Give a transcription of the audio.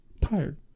tired